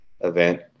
event